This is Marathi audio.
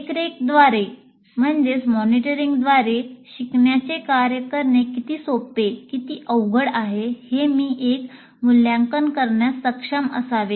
देखरेखद्वारे शिकण्याचे कार्य करणे किती सोपे किंवा अवघड आहे हे मी एक मूल्यांकन करण्यास सक्षम असावे